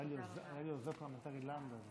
היה לי עוזר פרלמנטרי לנדָה,